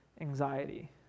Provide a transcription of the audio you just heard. anxiety